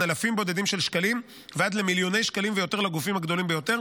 אלפים בודדים של שקלים ועד למיליוני שקלים ויותר לגופים הגדולים ביותר,